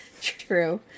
True